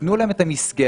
תנו להם את המסגרת,